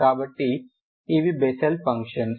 కాబట్టి ఇవి Bessel functions